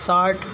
ساٹھ